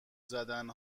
زدن